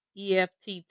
EFT